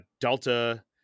delta